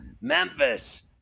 Memphis